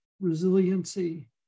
resiliency